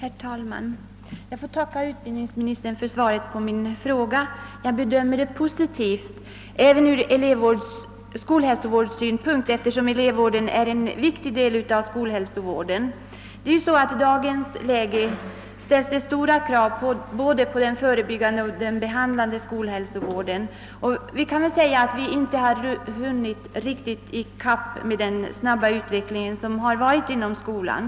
Herr talman! Jag tackar utbildningsministern för svaret på min fråga. Jag bedömer detta svar som positivt även från skolhälsovårdssynpunkt, eftersom skolläkarvården är en viktig del av elevvården. I dagens läge ställs det stora krav på både den förebyggande och den behandlande skolhälsovården. Vi har väl inte på detta område riktigt hunnit med i den snabba utveckling som ägt rum inom skolan.